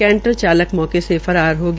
canter चालक मौके से फरार हो गया